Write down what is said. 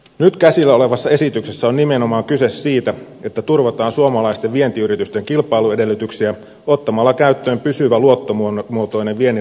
nyt käsillä olevassa esityksessä on nimenomaan kyse siitä että turvataan suomalaisten vientiyritysten kilpailuedellytyksiä ottamalla käyttöön pysyvä luottomuotoinen vienninrahoitusjärjestelmä